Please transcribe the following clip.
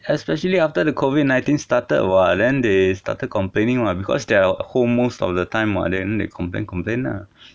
especially after the covid nineteen started what then they started complaining what because they're home most of the time what then they complain complain lah